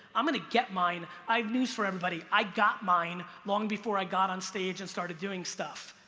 i'm gonna get mine. i have news for everybody, i got mine long before i got onstage and started doing stuff.